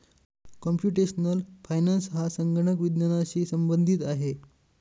computational finance हा संगणक विज्ञानाशी संबंधित आहे